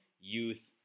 youth